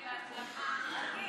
ההצעה להעביר את הצעת חוק סייעות במוסדות